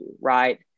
right